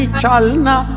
chalna